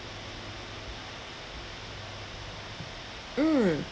mm